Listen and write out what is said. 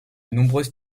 nombreuses